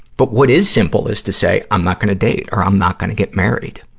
but what is simple is to say i'm not gonna date or i'm not gonna get married.